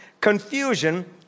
confusion